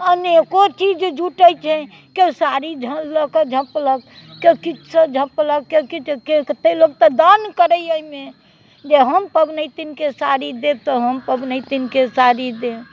अनेको चीज जुटैत छै केओ साड़ी झाँझ लऽकऽ झँपलक केओ किछु लऽकऽ झँपलक कतेक लोक तऽ दान करैया अइमे जे हम पबनैतिनके साड़ी देब तऽ हम पबनैतिनके साड़ी देब